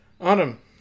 Autumn